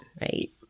right